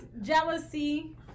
jealousy